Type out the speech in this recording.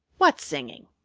what singing?